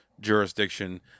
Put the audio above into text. jurisdiction